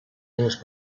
años